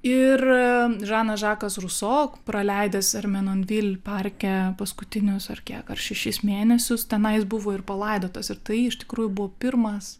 ir žanas žakas ruso praleidęs ermenonvil parke paskutinius ar kiek ar šešis mėnesius tenai jis buvo ir palaidotas ir tai iš tikrųjų buvo pirmas